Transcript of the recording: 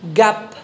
gap